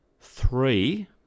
three